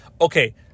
okay